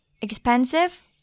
Expensive